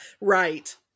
Right